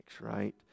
right